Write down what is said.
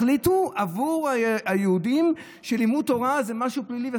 שהם יחליטו עבור היהודים שלימוד תורה זה משהו פלילי.